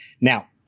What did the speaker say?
Now